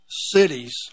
cities